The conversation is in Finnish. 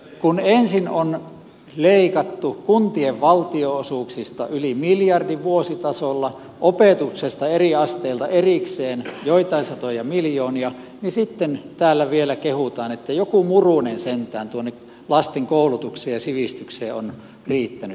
kun ensin on leikattu kuntien valtionosuuksista yli miljardi vuositasolla opetuksesta eri asteilta erikseen joitain satoja miljoonia niin sitten täällä vielä kehutaan että joku murunen sentään tuonne lasten koulutukseen ja sivistykseen on riittänyt